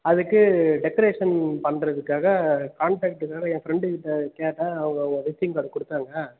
அதுக்கு டெக்கரேஷன் பண்ணுறதுக்காக காண்ட்ரேக்ட்டுக்காக ஏன் ஃப்ரெண்டுக்கிட்ட கேட்டேன் அவங்க உங்கள் விஸ்டிங் கார்டு கொடுத்தாங்க